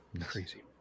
crazy